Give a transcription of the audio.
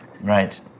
Right